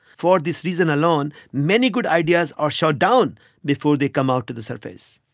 for this reason alone, many good ideas are shot down before they come out to the surface.